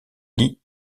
lit